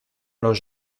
los